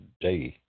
day